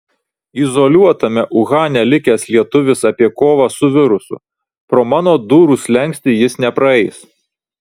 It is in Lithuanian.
izoliuotame uhane likęs lietuvis apie kovą su virusu pro mano durų slenkstį jis nepraeis